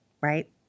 Right